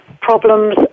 Problems